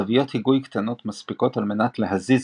זוויות היגוי קטנות מספיקות על מנת להזיז